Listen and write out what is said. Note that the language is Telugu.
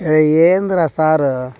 ఏందిరా సారు